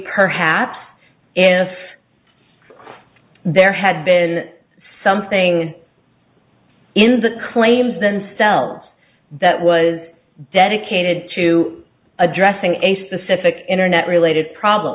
perhaps if there had been something in the claims themselves that was dedicated to addressing a specific internet related problem